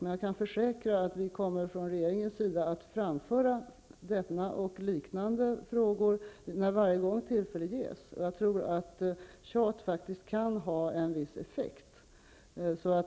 Men jag kan försäkra att regeringen kommer att föra fram denna och liknande frågor varje gång tillfälle ges. Jag tror att tjat faktiskt kan ha en viss effekt.